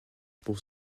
pour